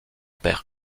père